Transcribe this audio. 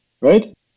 right